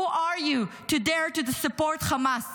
Who are you to dare to support Hamas,